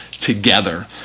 together